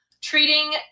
treating